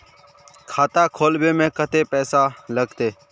खाता खोलबे में कते पैसा लगते?